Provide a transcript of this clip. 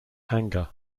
anger